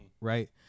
right